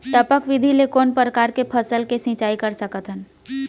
टपक विधि ले कोन परकार के फसल के सिंचाई कर सकत हन?